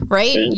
right